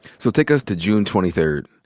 so take us to june twenty third.